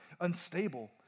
unstable